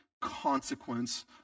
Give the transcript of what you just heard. consequence